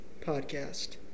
podcast